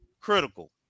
critical